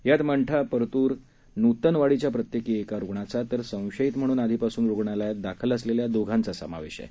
यात मंठा परतूर आणि नूतनवाडीच्या प्रत्येकी एका रुग्णाचा तर संशियीत म्हणून आधीपासून रुग्णालयात दाखल असलेल्या दोघांचा समावेश आहे